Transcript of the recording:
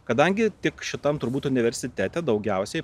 kadangi tik šitam turbūt universitete daugiausiai